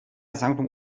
zamknął